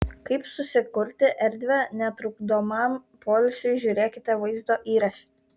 kaip susikurti erdvę netrukdomam poilsiui žiūrėkite vaizdo įraše